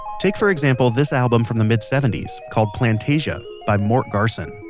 take for example this album from the mid seventy s called plantasia by mort garson.